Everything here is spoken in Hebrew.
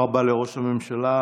תודה רבה לראש הממשלה.